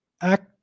act